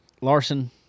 Larson